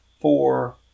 four